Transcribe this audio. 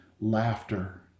laughter